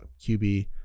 qb